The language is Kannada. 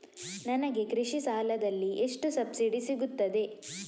ನನಗೆ ಕೃಷಿ ಸಾಲದಲ್ಲಿ ಎಷ್ಟು ಸಬ್ಸಿಡಿ ಸೀಗುತ್ತದೆ?